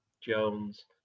Jones